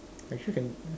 actually can